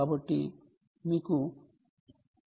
కాబట్టి మీకు rectifier chip అవసరం